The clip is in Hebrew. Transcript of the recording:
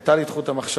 קטע לי את חוט המחשבה,